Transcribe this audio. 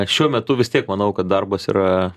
šiuo metu vis tiek manau kad darbas yra